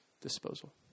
disposal